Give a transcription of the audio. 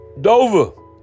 Dover